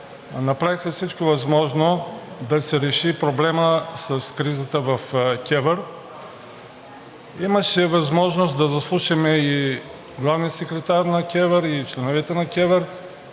направиха всичко възможно да се реши проблемът с кризата в КЕВР. Имаше възможност да заслушаме главния секретар на КЕВР и членовете на КЕВР.